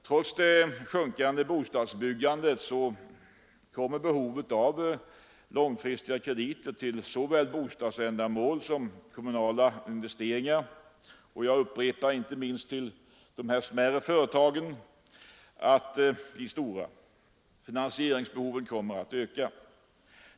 Trots det sjunkande bostadsbyggandet kommer behoven av långfristiga krediter till såväl bostadsändamål som kommunala investeringar och — jag upprepar det — inte minst till de smärre företagen att bli stora. Finansieringsbehovet kommer att öka.